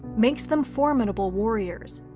makes them formidable warriors,